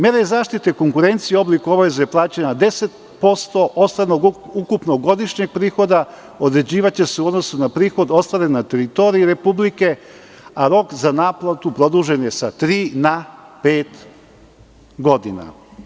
Mere zaštite konkurencije u obliku obaveze plaćanja 10% od ukupnog godišnjeg prihoda, određivaće se u odnosu na prihod ostvaren na teritoriji republike, a rok za naplatu produžen je sa tri na pet godina.